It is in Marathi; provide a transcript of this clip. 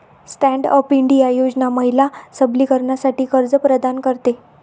स्टँड अप इंडिया योजना महिला सबलीकरणासाठी कर्ज प्रदान करते